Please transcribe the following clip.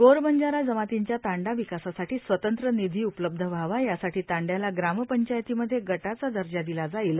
गोर बंजारा जमातींच्या तां विकासासाठी स्वतंत्र निधी उपलब्ध व्हावा यासाठी तांड्याला ग्राम पंचायतीमध्ये गटाचा दर्जा दिला जाईल